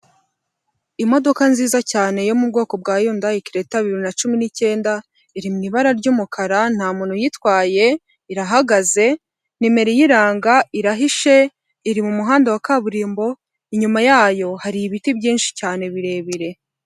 Imodoka nziza cyane yo mu bwoko bwa yundayi kereta bibiri na cumi nicyenda, iri mu ibara ry'umukara nta muntu uyitwaye irahagaze nimero yiranga irahishe, iri mu muhanda wa kaburimbo inyuma yayo hari ibiti byinshi cyane birebire.